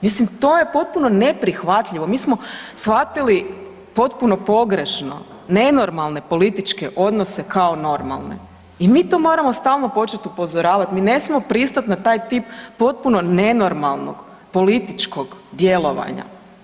Mislim, to je potpuno neprihvatljivo, mi smo shvatili potpuno pogrešno nenormalne političke odnose kao normalne i mi to moramo stalno početi upozoravati, mi ne smijemo pristati na taj tip potpuno nenormalnog političkog djelovanja.